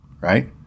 Right